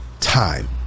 time